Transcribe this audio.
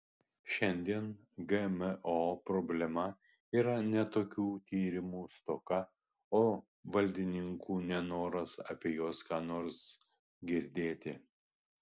šiandien gmo problema yra ne tokių tyrimų stoka o valdininkų nenoras apie juos ką nors girdėti